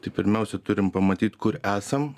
tai pirmiausia turim pamatyt kur esam